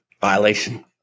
Violation